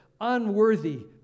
unworthy